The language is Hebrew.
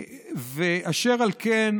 אשר על כן,